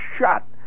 shot